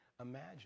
imagine